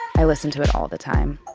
i listened to it all the time.